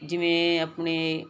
ਜਿਵੇਂ ਆਪਣੇ